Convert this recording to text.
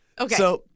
Okay